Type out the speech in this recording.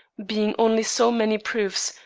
being only so many proofs,